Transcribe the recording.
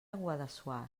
guadassuar